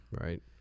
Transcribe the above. Right